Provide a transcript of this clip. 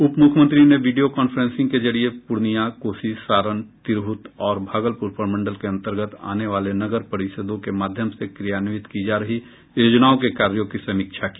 उप मुख्यमंत्री ने वीडियो कॉन्फ्रेंसिंग के जरिए प्रर्णिया कोसी सारण तिरह्त और भागलप्र प्रमंडल के अंतर्गत आने वाले नगर परिषदों के माध्यम से क्रियान्वित की जा रही योजनाओं के कार्यों की समीक्षा की